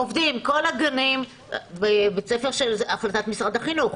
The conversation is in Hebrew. עובדים כל הגנים ובית ספר של החופש הגדול החלטת משרד החינוך,